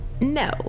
no